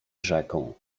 rzeką